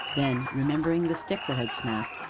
then, remembering the stick that had snapped,